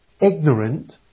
ignorant